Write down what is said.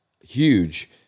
huge